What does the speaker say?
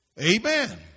Amen